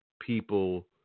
people